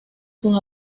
sus